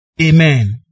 Amen